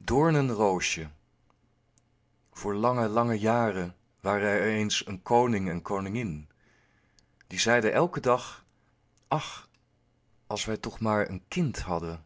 l doornenroosje voor lange lange jaren waren er eens een koning en koningin die zeiden elken dag ach als wij toch maar een kind hadden